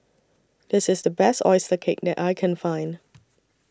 This IS The Best Oyster Cake that I Can Find